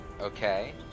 Okay